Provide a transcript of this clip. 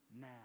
now